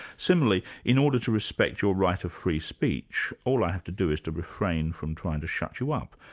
similarly, in order to respect your right of free speech, all i have to do is to refrain from trying to shut you up.